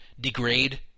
degrade